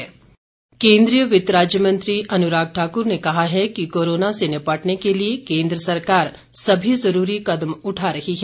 अनुराग ठाकुर केन्द्रीय वित्त राज्य मंत्री अनुराग ठाकुर ने कहा है कि कोरोना से निपटने के लिए केन्द्र सरकार सभी ज़रूरी कदम उठा रही है